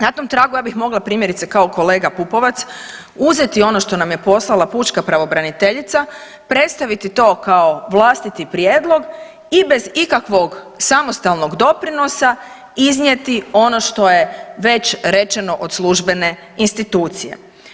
Na tom tragu ja bih mogla primjerice kao kolega Pupovac uzeti ono što nam je poslala pučka pravobraniteljica, predstaviti to kao vlastiti prijedlog i bez ikakvog samostalnog doprinosa iznijeti ono što je već rečeno od službene institucije.